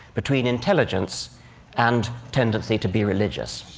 between intelligence and tendency to be religious?